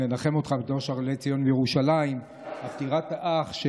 לנחם אותך בתוך שאר אבלי ציון וירושלים על פטירת האח.